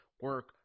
work